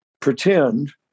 pretend